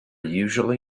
usually